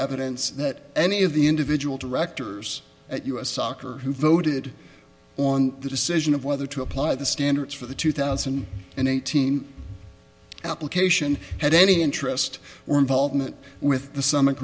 evidence that any of the individual directors at u s soccer who voted on the decision of whether to apply the standards for the two thousand and eighteen application had any interest or involvement with the som